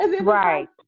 Right